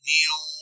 Neil